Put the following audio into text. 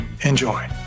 Enjoy